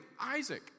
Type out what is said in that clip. Isaac